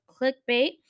clickbait